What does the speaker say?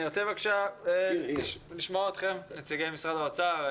אני רוצה לשמוע אתכם, נציגי משרד האוצר.